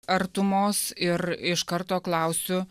artumos ir iš karto klausiu